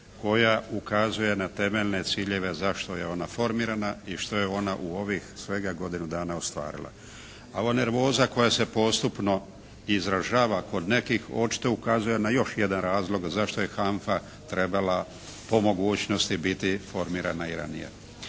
koja ukazuje na temeljne ciljeve zašto je ona formirana i što je ona u ovih svega godinu dana ostvarila. A ova nervoza koja se postupno izražava kod nekih očito ukazuje na još jedan razlog zašto je HANFA trebala po mogućnosti biti formirana i ranije.